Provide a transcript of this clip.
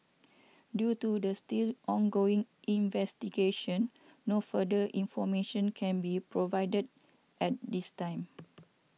due to the still ongoing investigation no further information can be provided at this time